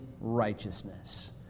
righteousness